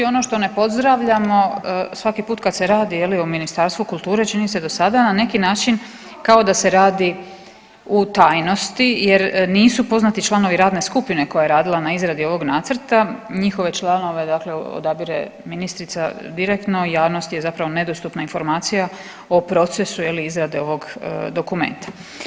Ono što ne pozdravljamo svaki put kad se radi je li o Ministarstvu kulture čini se do sada na neki način kao da se radi u tajnosti jer nisu poznati članovi radne skupine koja je radila na izradi ovog nacrta, njihove članove dakle odabire ministrica direktno i javnosti je zapravo nedostupna informacija o procesu je li izrade ovog dokumenta.